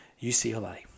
UCLA